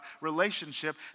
relationship